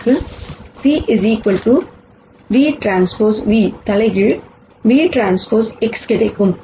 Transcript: எனக்கு c vTv inverse vTX கிடைக்கும்